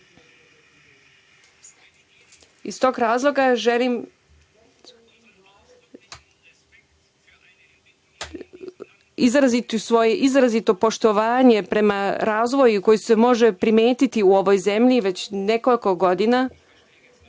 Iz tog razloga želim izraziti svoje izrazito poštovanje prema razvoju koji se može primetiti u ovoj zemlji već nekoliko godina. Ne